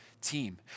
team